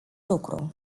lucru